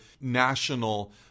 national